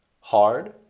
hard